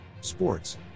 Sports